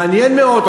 מעניין מאוד,